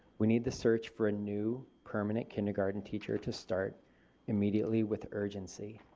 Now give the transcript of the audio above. we need the search for a new permanent kindergarten teacher to start immediately with urgency.